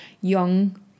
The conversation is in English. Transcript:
young